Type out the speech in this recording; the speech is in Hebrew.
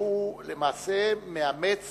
הוא למעשה מאמץ